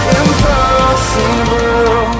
impossible